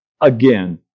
again